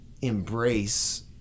embrace